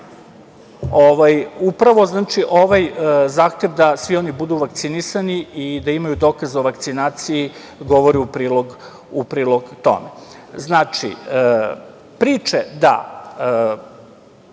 upravo ovaj zahtev da svi oni budu vakcinisani i da imaju dokaz o vakcinaciji govore u prilog tome. Znači, priče da